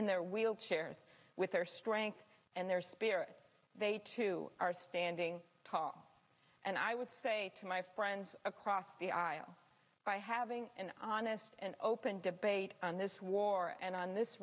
in their wheelchairs with their strength and their spirit they too are standing tall and i would say to my friends across the aisle by having an honest and open debate on this war and on this